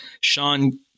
Sean